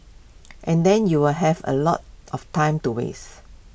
and then you will have A lot of time to waste